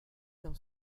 dans